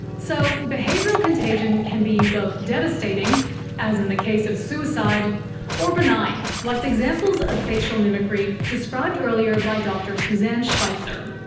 so behavioural contagion can be both devastating as in the case of suicide or benign, like the examples of facial mimicry described earlier by dr susanne schweizer.